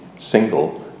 single